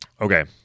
Okay